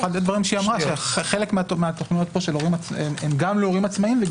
אחד הדברים שהיא אמרה הוא שחלק מהתכניות פה הוא גם להורים עצמאים.